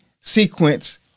sequence